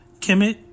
Kemet